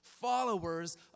followers